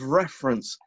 reference